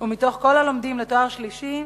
ומכל הלומדים לתואר שלישי,